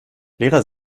lehrer